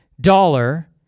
dollar